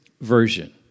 version